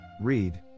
Read